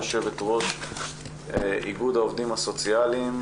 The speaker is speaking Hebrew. יושבת ראש איגוד העובדים הסוציאליים.